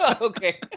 Okay